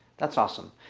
that's awesome